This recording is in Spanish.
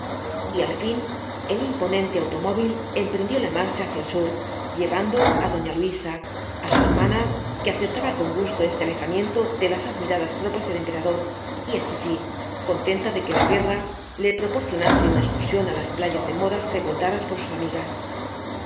y al fin el imponente automóvil emprendió la marcha hacia el sur llevando á doña luisa á su hermana que aceptaba con gusto este alejamiento de las admiradas tropas del emperador y á chichi contenta de que la guerra le proporcionase una excursión á las playas de moda frecuentadas por sus amigas